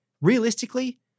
realistically